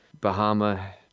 Bahama